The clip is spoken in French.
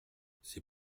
c’est